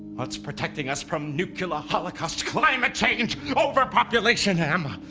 what's protecting us from nuclear holocaust climate change? overpopulation? emma.